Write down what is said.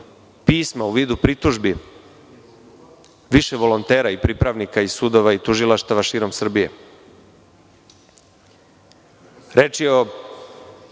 pisma, u vidu pritužbi, više volontera i pripravnika iz sudova i tužilaštava širom Srbije. Reč je o